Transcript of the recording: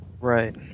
Right